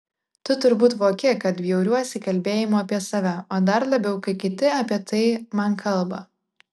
tu turbūt voki kad bjauriuosi kalbėjimu apie save o dar labiau kai kiti apie tai man kalba